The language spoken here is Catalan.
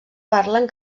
parlen